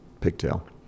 pigtail